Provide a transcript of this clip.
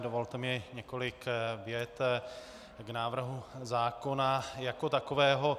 Dovolte mi několik vět k návrhu zákona jako takového.